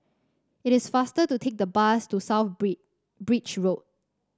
it is faster to take the bus to South Bridge Bridge Road